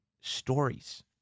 stories